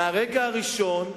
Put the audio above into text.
מהרגע הראשון,